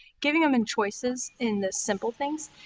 giving them and choices in the simple things.